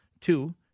Two